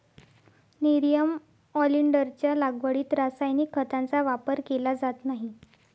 nerium ऑलिंडरच्या लागवडीत रासायनिक खतांचा वापर केला जात नाही